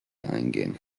eingehen